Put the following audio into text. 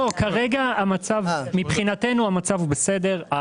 כרגע, מבחינתנו המצב בסדר.